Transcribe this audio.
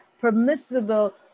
permissible